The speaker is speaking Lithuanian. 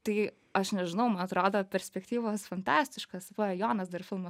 tai aš nežinau man atrodo perspektyvos fantastiškos va jonas dar filmą